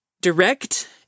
direct